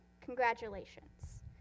congratulations